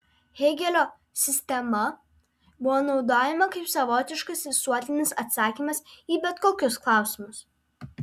hėgelio sistema buvo naudojama kaip savotiškas visuotinis atsakymas į bet kokius klausimus